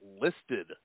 listed